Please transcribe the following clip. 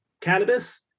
cannabis